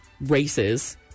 races